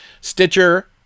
Stitcher